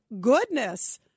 goodness